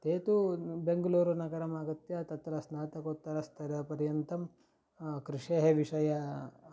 ते तु बेङ्गलूरुनगरम् आगत्य तत्र स्नातकोत्तरस्तरपर्यन्तं कृषेः विषयं